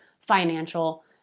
financial